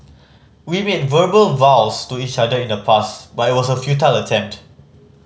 we made verbal vows to each other in the past but it was a futile attempt